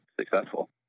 successful